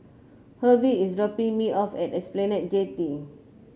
Hervey is dropping me off at Esplanade Jetty